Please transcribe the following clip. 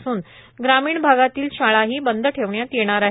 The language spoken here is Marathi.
असून ग्रामीण भागातीलही शाळा बंद ठेवण्यात येणार आहे